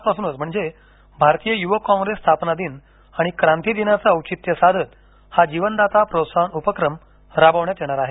आज पासूनच म्हणजे भारतीय युवक काँग्रेस स्थापना दिन आणि क्रांतीदिनाचे औचित्य साधत हा जीवनदाता प्रोत्साहन उपक्रम राबवण्यात येणार आहे